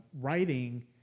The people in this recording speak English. writing